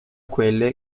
quelle